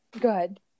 good